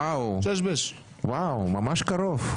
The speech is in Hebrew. וואו, ממש קרוב.